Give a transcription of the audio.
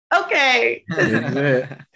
okay